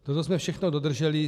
Toto jsme všechno dodrželi.